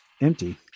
empty